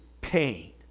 pain